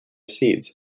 seeds